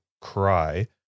cry